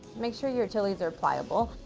make sure your chilies are pliable.